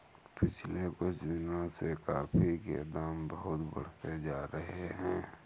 पिछले कुछ दिनों से कॉफी के दाम बहुत बढ़ते जा रहे है